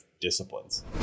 disciplines